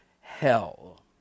hell